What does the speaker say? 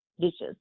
dishes